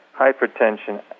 hypertension